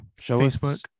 Facebook